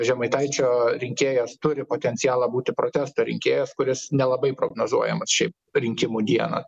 žemaitaičio rinkėjas turi potencialą būti protesto rinkėjas kuris nelabai prognozuojamas šiaip rinkimų dieną